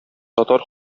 татар